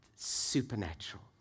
supernatural